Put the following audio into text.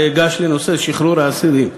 ואגש לנושא שחרור האסירים.